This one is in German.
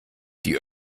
die